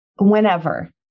whenever